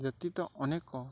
ବ୍ୟତୀତ ଅନେକ